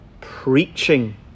preaching